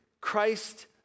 Christ